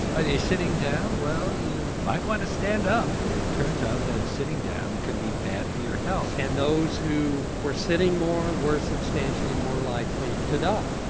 are you sitting down? well, you might want to stand up. it turns out that sitting down can be bad for your health. and those who were sitting more, were substantially more likely to die.